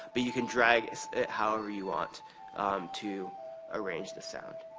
but you can drag it however you want to arrange the sound.